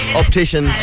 optician